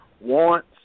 wants